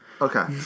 Okay